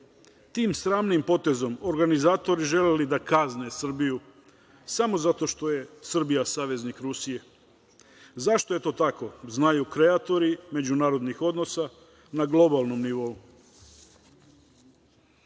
tim sramnim potezom organizatori želeli da kazne Srbiju samo zato što je Srbija saveznik Rusije. Zašto je tako tako znaju kreatori međunarodnih odnosa na globalnom nivou.